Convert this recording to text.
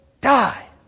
die